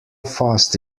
fast